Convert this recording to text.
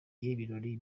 ibirori